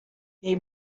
they